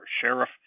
sheriff